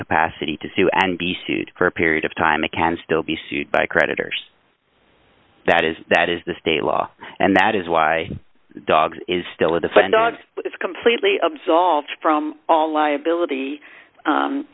capacity to sue and be sued for a period of time it can still be sued by creditors that is that is the state law and that is why dog is still a defendant is completely absolved from all liability